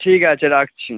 ঠিক আছে রাখছি